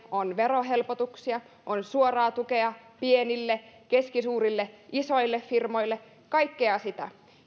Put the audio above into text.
on verohelpotuksia on suoraa tukea pienille keskisuurille isoille firmoille kaikkea sitä